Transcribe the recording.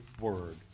word